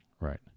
right